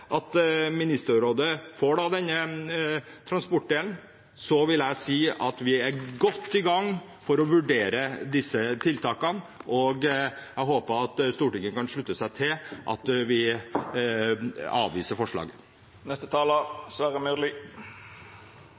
at Ministerrådet får denne transportdelen, vil jeg si at vi er godt i gang med å vurdere disse tiltakene, og jeg håper at Stortinget kan slutte seg til at vi avviser